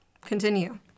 continue